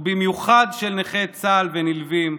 ובמיוחד של נכה צה"ל ונלווים,